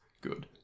good